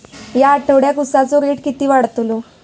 या आठवड्याक उसाचो रेट किती वाढतलो?